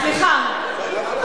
סליחה,